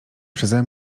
przeze